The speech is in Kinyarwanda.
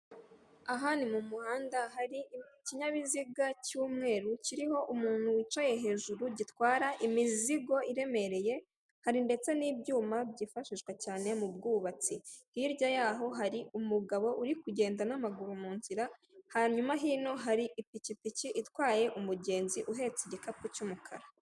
Aha ni mumuhanda hari ikinyabiziga cy'umweru kiriho umuntu wicara hejuru gitwara imizigo iremereye hari ndetse n'ibyuma byifashishwa cyane mu bw'ubatsi. Hirya hari umugabo uri kugenda n'amaguru mu nzira. Hanyuma hino hari ipikipiki itwaye umugenzi uhetse igikapu cy'umukara.